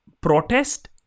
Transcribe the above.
protest